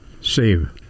Save